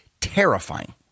terrifying